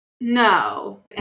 No